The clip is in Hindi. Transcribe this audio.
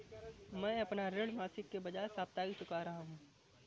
मैं अपना ऋण मासिक के बजाय साप्ताहिक चुका रहा हूँ